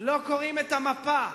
לא קוראים את המפה.